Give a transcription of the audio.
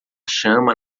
chama